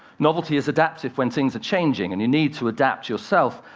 novelty is adaptive when things are changing and you need to adapt yourself.